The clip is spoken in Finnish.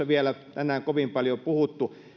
vielä tänään kovin paljon puhuttu